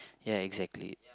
ya exactly